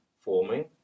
forming